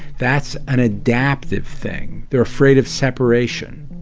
that's an adaptive thing. they're afraid of separation.